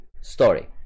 story